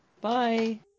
Bye